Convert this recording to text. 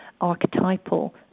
archetypal